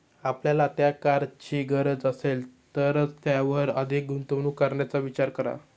आपल्याला त्या कारची गरज असेल तरच त्यावर अधिक गुंतवणूक करण्याचा विचार करा